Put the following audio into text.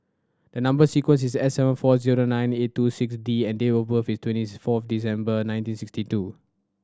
a number sequence is S seven four zero nine eight two six D and date of birth is twentieth four December nineteen sixty two